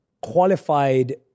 qualified